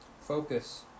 focus